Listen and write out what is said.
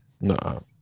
no